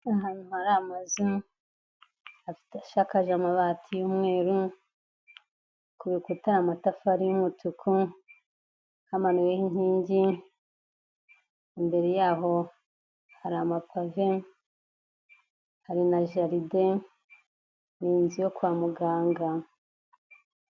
Ahantu hari amazu ashakaje amabati y'umweru, ku rukuta hari amatafari y'umutuku, hamanuweho inkingi, imbere yaho hari amapave, hari na jaride, ni inzu yo kwa muganga.